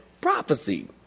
prophecy